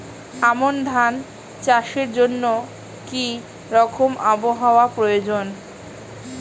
আমন ধান চাষের জন্য কি রকম আবহাওয়া প্রয়োজন?